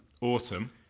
Autumn